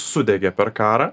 sudegė per karą